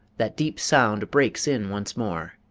that deep sound breaks in once more,